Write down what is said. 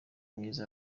myiza